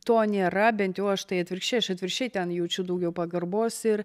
to nėra bent jau aš štai atvirkščiai aš atvirkščiai ten jaučiu daugiau pagarbos ir